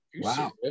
Wow